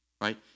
right